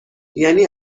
یعنی